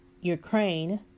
Ukraine